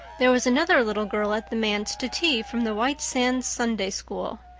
there was another little girl at the manse to tea, from the white sands sunday school.